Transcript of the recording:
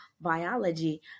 biology